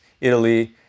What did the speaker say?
Italy